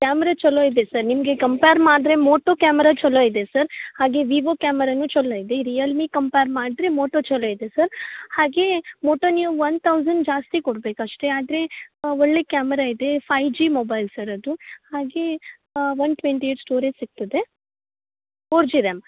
camera ಚಲೋ ಇದೆ sir ನಿಮಗೆ ಕಂಪ್ಯಾರ್ ಮಾಡಿದ್ರೆ ಮೋಟೋ ಕ್ಯಾಮ್ರ ಚಲೋ ಇದೆ ಸರ್ ಹಾಗೆ ವಿವೊ ಕ್ಯಾಮರನು ಚಲೋ ಇದೆ ರಿಯಲ್ಮಿ ಕಂಪೇರ್ ಮಾಡಿದ್ರೆ ಮೋಟೋ ಚಲೋ ಇದೆ ಸರ್ ಹಾಗೇ ಮೋಟೋ ನೀವು ಒನ್ ತೌಸನ್ ಜಾಸ್ತಿ ಕೊಡ್ಬೇಕು ಅಷ್ಟೆ ಆದರೆ ಒಳ್ಳೆ ಕ್ಯಾಮ್ರ ಇದೆ ಫೈವ್ ಜಿ ಮೊಬೈಲ್ ಸರ್ ಅದು ಹಾಗೇ ಒನ್ ಟ್ವೆಂಟಿ ಏಯ್ಟ್ ಸ್ಟೋರೇಜ್ ಸಿಕ್ತದೆ ಫೋರ್ ಜಿ ರ್ಯಾಮ್